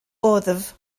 wddf